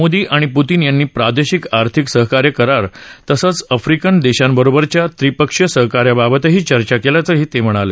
मोदी आणि पुतीन यांनी प्रादेशिक आर्थिक सहकार्य करार तसंच आफ्रिकन देशांबरोबरच्या त्रिपक्षीय सहकार्याबाबतही चर्चा केल्याचं ही ते म्हणाले